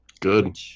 Good